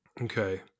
Okay